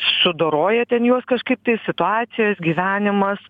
sudoroja ten juos kažkaip tai situacijos gyvenimas